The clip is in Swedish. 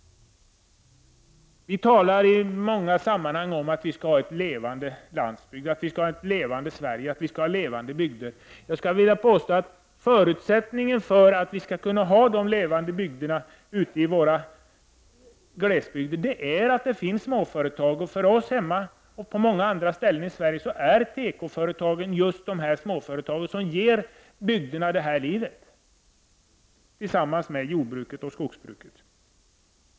Vi talar i många sammanhang om att vi skall ha en levande landsbygd, ett levande Sverige, levande bygder. Jag skulle vilja påstå att förutsättningen för att vi skall kunna ha de levande bygderna är att det finns småföretag. För oss på min hemort och på många andra ställen i Sverige är tekoföretagen just de små företag som ger bygderna deras liv tillsammans med jordbruket och skogsbruket.